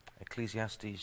Ecclesiastes